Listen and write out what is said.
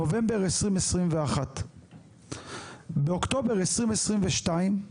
נובמבר 2021. באוקטובר 2022,